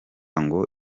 ngo